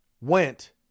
went